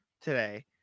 today